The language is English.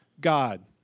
God